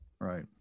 right